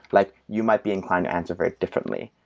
like you might be inclined to answer very differently.